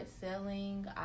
selling